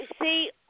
see